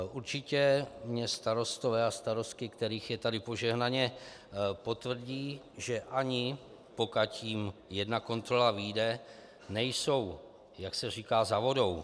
Určitě mi starostové a starostky, kterých je tady požehnaně, potvrdí, že ani pokud jim jedna kontrola vyjde, nejsou, jak se říká, za vodou.